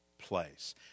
place